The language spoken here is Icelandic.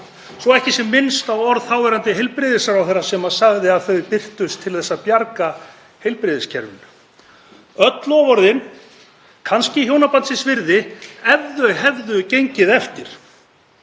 svo ekki sé minnst á orð þáverandi heilbrigðisráðherra sem sagði að þau birtust til þess að bjarga heilbrigðiskerfinu. Öll loforðin kannski hjónabandsins virði ef þau hefðu gengið eftir.